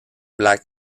black